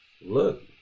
Look